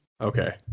Okay